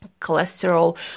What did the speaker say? cholesterol